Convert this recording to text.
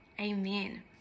Amen